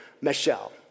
Michelle